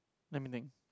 let me think